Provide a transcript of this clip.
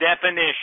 definition